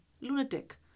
lunatic